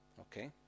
Okay